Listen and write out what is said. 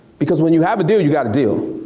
because when you have a deal, you got a deal.